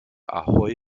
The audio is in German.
ahoi